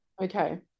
Okay